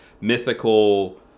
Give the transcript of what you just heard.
mythical